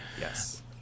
Yes